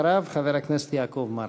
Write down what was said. אחריו, חבר הכנסת יעקב מרגי.